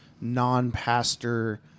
non-pastor